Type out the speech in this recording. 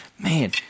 Man